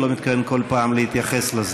אני לא מתכוון כל פעם להתייחס לזה.